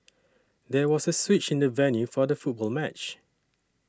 there was a switch in the venue for the football match